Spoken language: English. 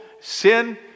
sin